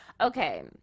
Okay